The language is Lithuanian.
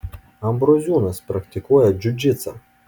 ambroziūnas praktikuoja džiudžitsą